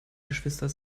geschwister